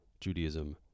Judaism